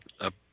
up